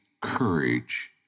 courage